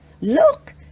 Look